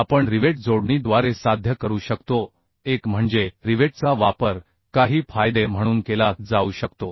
आपण रिवेट जोडणीद्वारे साध्य करू शकतो एक म्हणजे रिवेटचा वापर काही फायदे म्हणून केला जाऊ शकतो